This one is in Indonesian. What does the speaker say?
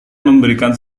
memberikan